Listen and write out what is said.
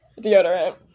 deodorant